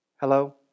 Hello